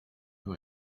who